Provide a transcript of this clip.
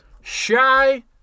Shy